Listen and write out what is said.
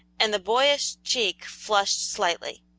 and the boyish cheek flushed slightly.